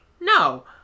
No